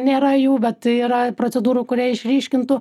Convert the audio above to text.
nėra jų bet tai yra procedūrų kurie išryškintų